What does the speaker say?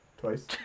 Twice